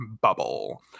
Bubble